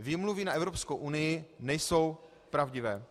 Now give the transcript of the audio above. Výmluvy na Evropskou unii nejsou pravdivé.